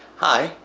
hi,